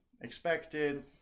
expected